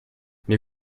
mir